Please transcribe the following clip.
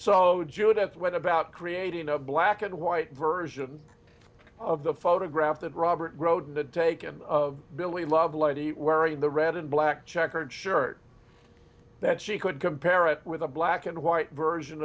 went about creating a black and white version of the photograph that robert groden the taken of billy lovelady wearing the red and black checkered shirt that she could compare it with a black and white version